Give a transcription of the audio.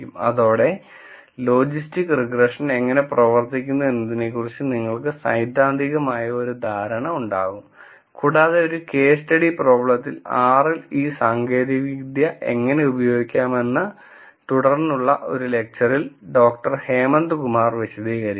അതോടെ logistics regression എങ്ങനെ പ്രവർത്തിക്കുന്നു എന്നതിനെ കുറിച്ച് നിങ്ങൾക്ക് സൈദ്ധാന്തികമായ ഒരു ധാരണ ഉണ്ടാവും കൂടാതെ ഒരു കേസ് സ്റ്റഡി പ്രോബ്ലത്തിൽ R ൽ ഈ സാങ്കേതികവിദ്യ എങ്ങനെ ഉപയോഗിക്കാമെന്ന് തുടർന്നുള്ള ഒരു ലെക്ച്ചറിൽ ഡോക്ടർ ഹേമന്ത് കുമാർ വിശദീകരിക്കും